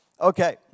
Okay